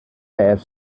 half